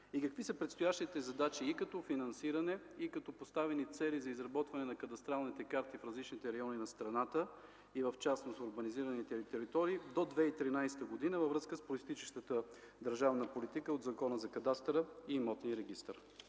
какви са предстоящите задачи и като финансиране, и като поставени цели за изработване на кадастралните карти в различните райони на страната, и в частност в урбанизираните територии, до 2013 г. във връзка с произтичащата държавна политика от Закона за кадастъра и имотния регистър?